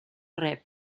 rep